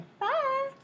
Bye